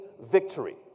victory